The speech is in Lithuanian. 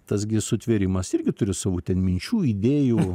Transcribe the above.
tas gi sutvėrimas irgi turi savų minčių idėjų